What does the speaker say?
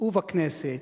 ובכנסת